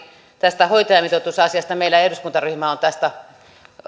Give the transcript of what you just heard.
tästä hoitajamitoitusasiasta meillä eduskuntaryhmä on